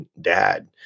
dad